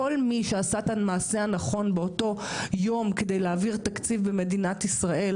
כל מי שעשה את המעשה הנכון באותו יום כדי להעביר תקציב במדינת ישראל,